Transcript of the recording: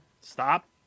stop